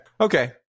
Okay